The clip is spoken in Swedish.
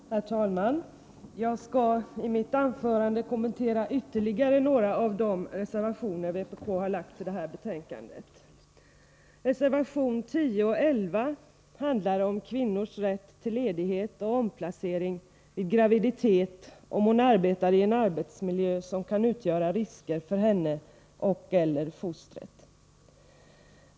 Herr talman! Jag skall i mitt anförande kommentera ytterligare några av de reservationer som vpk har fogat till detta betänkande. Reservation 10 och 11 handlar om kvinnors rätt till ledighet och omplacering vid graviditet, om de arbetar i en arbetsmiljö som kan utgöra risker för kvinna och/eller foster.